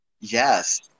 Yes